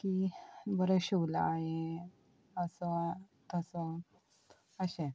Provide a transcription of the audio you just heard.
की बऱ्यो शिवला हे असो तसो अशें